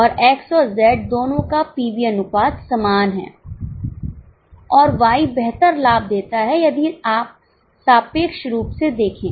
और X और Z दोनों का पीवी अनुपात समान है और Y बेहतर लाभ देता है यदि आप सापेक्ष रूप से देखें